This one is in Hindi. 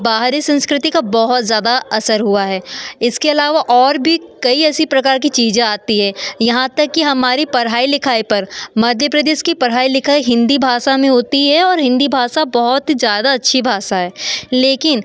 बाहरी संस्कृति का बहुत ज़्यादा असर हुआ है इसके अलावा और भी कई ऐसी प्रकार की चीज़ें आती है यहाँ तक कि हमारी पढ़ाई लिखाई पर मध्य प्रदेश की पढ़ाई लिखाई हिन्दी भाषा में होती है और हिन्दी भाषा बहुत ज़्यादा अच्छी भाषा है लेकिन